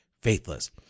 faithless